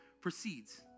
proceeds